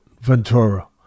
Ventura